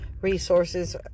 resources